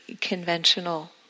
conventional